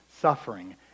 suffering